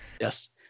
Yes